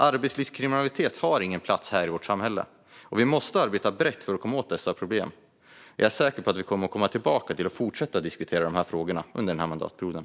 Arbetslivskriminalitet har ingen plats i vårt samhälle. Vi måste arbeta brett för att komma åt detta problem, och jag är säker på att vi kommer att fortsätta att diskutera dessa frågor under mandatperioden.